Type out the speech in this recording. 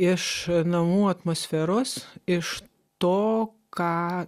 iš namų atmosferos iš to ką